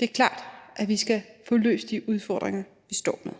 Det er klart, at vi skal få løst de udfordringer, vi står med.